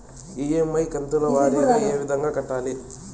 EMI కంతుల వారీగా ఏ విధంగా కట్టాలి